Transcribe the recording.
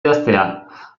idaztea